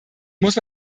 muss